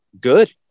good